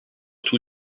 tous